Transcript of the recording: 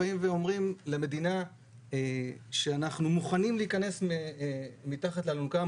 באים ואומרים למדינה שאנחנו מוכנים להיכנס מתחת לאלונקה.